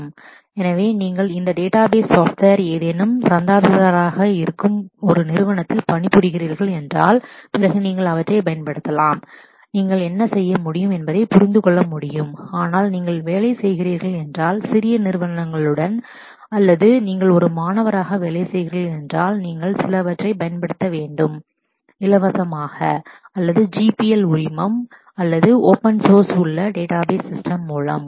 எனவே நீங்கள் உங்களுடைய நிறுவனம் இந்த டேட்டாபேஸ் சாப்ட்வேர் software உடைய சந்தாதாரராக subscribers இருக்கும் ஒரு நிறுவனத்தில் பணிபுரிகிறீர்கள் என்றாள் பிறகு நீங்கள் எவற்றை பயன்படுத்தலாம் பயன்படுத்தவும் நீங்கள் என்ன செய்ய முடியும் என்பதைப் புரிந்து கொள்ளவும் முடியும் ஆனால் நீங்கள் சிறிய நிறுவனங்களுடன் வேலை செய்கிறீர்கள் என்றால் அல்லது நீங்கள் ஒரு மாணவராக வேலை செய்கிறீர்கள் என்றால் நீங்கள் சிலவற்றைப் பயன்படுத்த வேண்டும் இலவச free அல்லது GPL உரிமம் licensing அல்லது ஓபன்சோர்ஸ் open source உள்ள டேட்டாபேஸ் சிஸ்டம் போன்றவற்றை